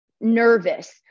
nervous